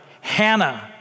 Hannah